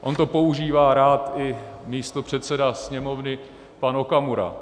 On to používá rád i místopředseda Sněmovny pan Okamura.